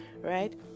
right